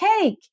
cake